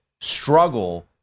struggle